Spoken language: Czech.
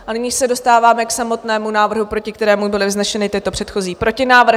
A nyní se dostáváme k samotnému návrhu, proti kterému byly vzneseny tyto předchozí protinávrhy.